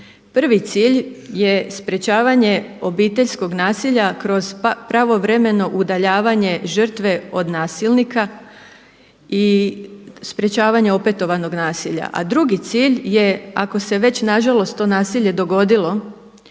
Prvi cilj je sprječavanje obiteljskog nasilja kroz pravovremeno udaljavanje žrtve od nasilnika i sprječavanje opetovanog nasilja. A drugi cilj je ako se već nažalost to nasilje dogodilo